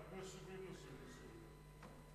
רק בני 70 נוסעים לסוריה.